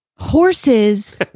Horses